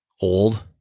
old